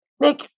Nick